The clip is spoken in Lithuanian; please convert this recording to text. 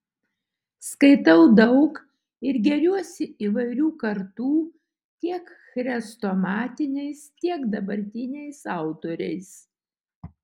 skaitau daug ir gėriuosi įvairių kartų tiek chrestomatiniais tiek dabartiniais autoriais